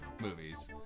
movies